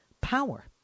power